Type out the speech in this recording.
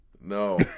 No